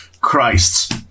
Christ